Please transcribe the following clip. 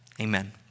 Amen